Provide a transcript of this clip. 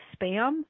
spam